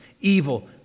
evil